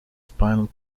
spinal